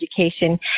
education